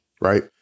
right